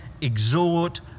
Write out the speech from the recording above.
exhort